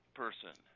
person